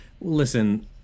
listen